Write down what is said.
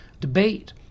debate